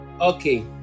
Okay